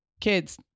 kids